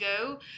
go